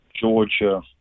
Georgia